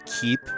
keep